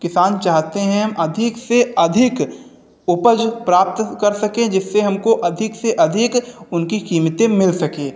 किसान चाहते हैं हम अधिक से अधिक उपज प्राप्त कर सकें जिससे हमको अधिक से अधिक उनकी कीमतें मिल सकें